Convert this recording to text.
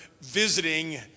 visiting